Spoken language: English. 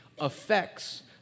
affects